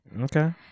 okay